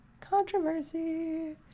Controversy